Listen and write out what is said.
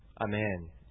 Amen